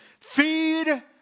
Feed